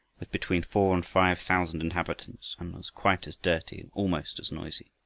with between four and five thousand inhabitants, and was quite as dirty and almost as noisy.